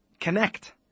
connect